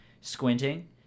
squinting